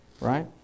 right